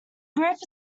group